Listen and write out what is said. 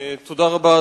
תודה רבה,